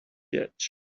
ditch